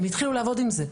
הם התחילו לעבוד עם זה.